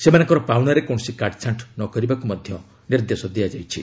ସେମାନଙ୍କର ପାଉଣାରେ କୌଣସି କାଟ୍ଛାଷ୍ଟ ନକରିବାକୁ ମଧ୍ୟ ନିର୍ଦ୍ଦେଶ ଦିଆଯାଇଛି